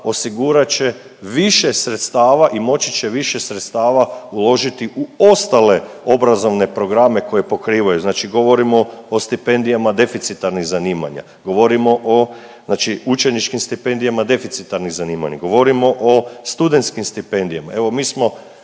osigurat će više sredstava i moći će više sredstava uložiti u ostale obrazovne programe koje pokrivaju, znači govorimo o stipendijama deficitarnih zanimanja, govorimo o učeničkim stipendijama deficitarnih zanimanja, govorimo o studentskim stipendijama. Evo mi smo